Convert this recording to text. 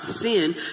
sin